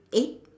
eight